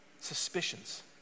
suspicions